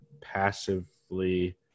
passively